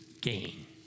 gain